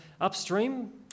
upstream